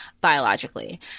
biologically